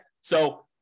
So-